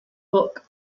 book